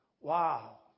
Wow